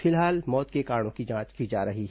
फिलहाल मौत के कारणों की जांच की जा रही है